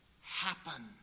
happen